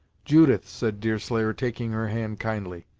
judith, said deerslayer, taking her hand kindly,